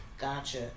Gotcha